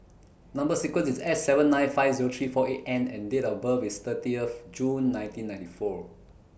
Number sequence IS S seven nine five three four eight N and Date of birth IS thirty of June nineteen ninety four